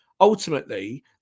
Ultimately